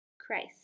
christ